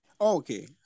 okay